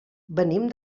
venim